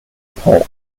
poles